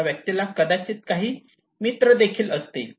या व्यक्तीला कदाचित काही मित्र देखील असतील